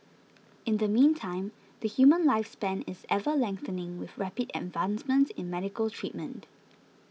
in the meantime the human lifespan is ever lengthening with rapid advancements in medical treatment